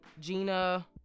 Gina